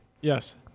Yes